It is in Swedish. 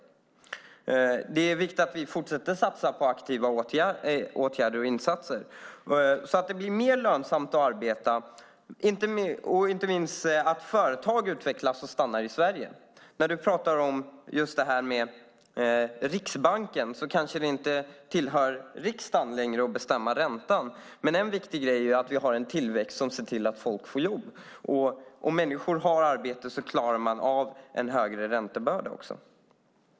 Det är viktigt att vi satsar på åtgärder och insatser så att det blir mer lönsamt att arbeta och inte minst så att företag utvecklas och stannar i Sverige. När vi talar om Riksbanken kanske det inte tillhör riksdagen längre att bestämma räntan. Men en viktig grej är att vi har en tillväxt som ser till att människor får jobb. Om människor har arbete klarar de också av en högre räntebörda.